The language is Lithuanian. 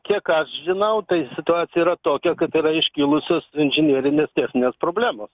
kiek aš žinau tai situacija yra tokia kaip yra iškilusios inžinerinės techninės problemos